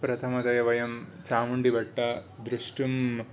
प्रथमतया वयं चामुण्डी बट्टां द्रष्टुं